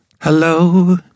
Hello